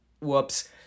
Whoops